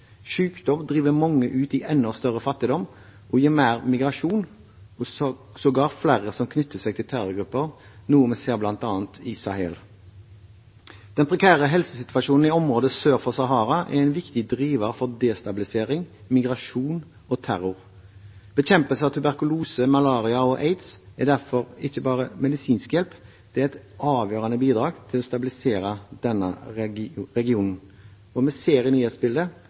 Sykdom driver mange ut i enda større fattigdom og gir mer migrasjon og sågar flere som knytter seg til terrorgrupper, noe vi ser bl.a. i Sahel. Den prekære helsesituasjonen i området sør for Sahara er en viktig driver for destabilisering, migrasjon og terror. Bekjempelse av tuberkulose, malaria og aids er derfor ikke bare medisinsk hjelp – det er et avgjørende bidrag til å stabilisere denne regionen. Vi ser i nyhetsbildet